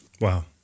Wow